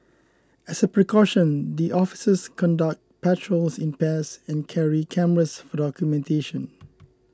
as a precaution the officers conduct patrols in pairs and carry cameras for documentation